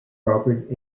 robert